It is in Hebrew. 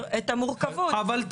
אנחנו מנסים להסביר את המורכבות.